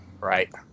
Right